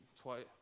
twice